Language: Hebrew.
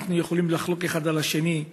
אנחנו יכולים לחלוק אחד על השני,